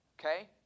okay